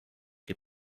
que